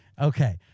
Okay